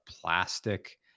plastic